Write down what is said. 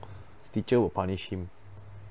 teacher will punish him